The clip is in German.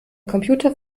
computer